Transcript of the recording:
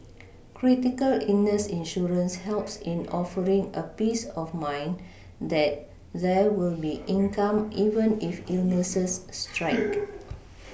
critical illness insurance helps in offering a peace of mind that there will be income even if illnesses strike